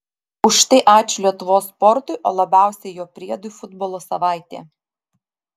už tai ačiū lietuvos sportui o labiausiai jo priedui futbolo savaitė